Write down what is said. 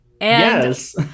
Yes